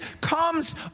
comes